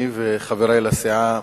אני וחברי לסיעה